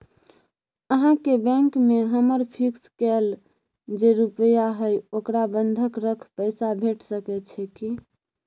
अहाँके बैंक में हमर फिक्स कैल जे रुपिया हय ओकरा बंधक रख पैसा भेट सकै छै कि?